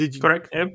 Correct